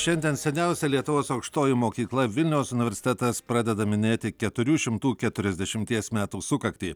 šiandien seniausia lietuvos aukštoji mokykla vilniaus universitetas pradeda minėti keturių šimtų keturiasdešimties metų sukaktį